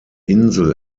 insel